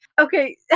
Okay